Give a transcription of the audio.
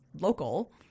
local